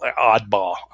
oddball